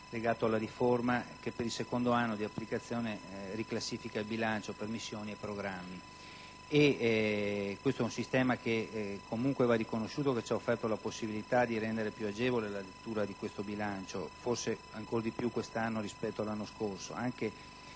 legato alla riforma che, per il secondo anno di applicazione, riclassifica il bilancio per missioni e programmi. E' un sistema che va riconosciuto e che ci ha offerto la possibilità di rendere più agevole la lettura del bilancio, forse ancor di più quest'anno rispetto all'anno scorso,